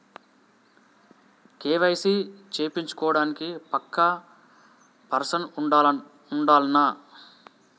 KYC చేపిచ్చుకోవడానికి పక్కా person ఉండాల్నా?